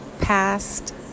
past